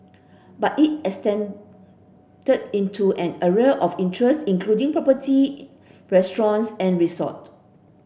but it expanded into an array of interests including property restaurants and resort